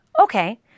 okay